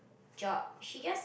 job she just